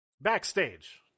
backstage